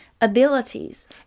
abilities